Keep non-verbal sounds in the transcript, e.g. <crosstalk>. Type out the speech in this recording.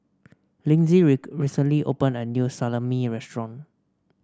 Linzy <unintelligible> recently opened a new Salami restaurant